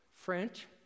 French